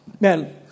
Man